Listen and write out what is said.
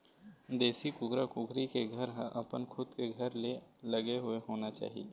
देशी कुकरा कुकरी के घर ह अपन खुद के घर ले लगे हुए होना चाही